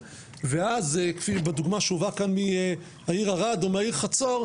ואז בדוגמה שהובאה כאן מהעיר ערד או מהעיר חצור,